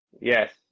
Yes